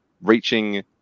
reaching